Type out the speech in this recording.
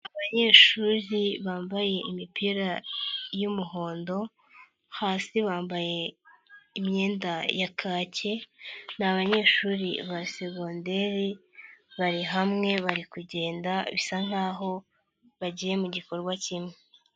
Abanyeshuri bambaye imipira y'umuhondo, hasi bambaye imyenda ya kake, ni abanyeshuri ba segonderi bari hamwe bari kugenda bisa nkaho, bagiye mu gikorwa kimwe.